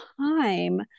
time